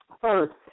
first